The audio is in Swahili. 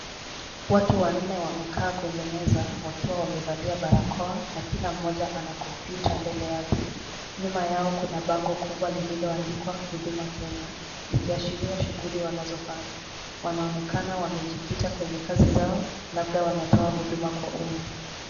Watu wanne wamekaa kwenye meza wakiwa wamevalia barakoa na kila mmoja ana kompyuta mbele yake. Nyuma yao kuna bango kubwa lililoandikwa huduma Kenya likiashiria shughuli wanazofanya. Wanaonekana wamejikita kwenye kazi zao labda wanatoa huduma kwa umma.